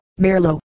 Merlo